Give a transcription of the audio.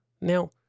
Now